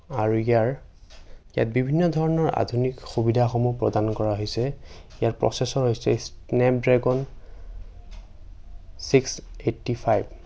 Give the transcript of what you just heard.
আৰু ইয়াৰ ইয়াত বিভিন্ন ধৰণৰ আধুনিক সুবিধাসমূহ প্ৰদান কৰা হৈছে ইয়াৰ প্ৰচেছৰ হৈছে স্নেপড্ৰেগন ছিক্স এইটটি ফাইভ